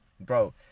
bro